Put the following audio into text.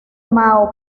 mao